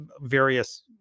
various